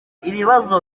ibibazo